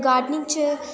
gardening च